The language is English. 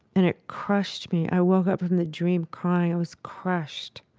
and it crushed me. i woke up from the dream crying. i was crushed.